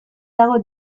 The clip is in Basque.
dago